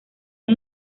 han